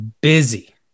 busy